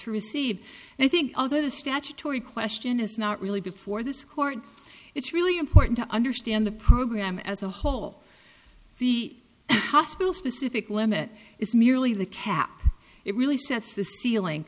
to receive and i think other statutory question is not really before this court it's really important to understand the program as a whole the hospital specific limit is merely the cap it really sets the ceiling